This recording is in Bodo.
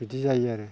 बिदि जायो आरो